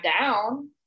down